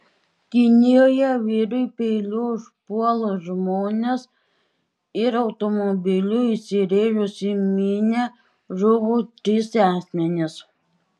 kinijoje vyrui peiliu užpuolus žmones ir automobiliu įsirėžus į minią žuvo trys asmenys